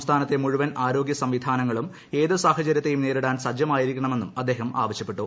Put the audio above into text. സംസ്ഥാനത്തെ മുഴുവൻ ആരോഗൃ സംവിധാനങ്ങളും ഏതു സാഹചരൃത്തെയും നേരിടാൻ സജ്ജമായിരിക്കണമെന്നും അദ്ദേഹം ആവശ്യപ്പെട്ടു